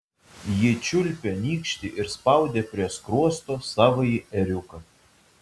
ji čiulpė nykštį ir spaudė prie skruosto savąjį ėriuką